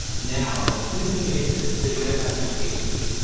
now the thing is they better not be cases.